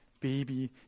baby